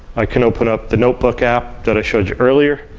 i can open up the notebook app that i showed you earlier.